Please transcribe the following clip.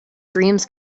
dreams